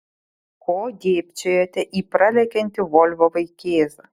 ko dėbčiojate į pralekiantį volvo vaikėzą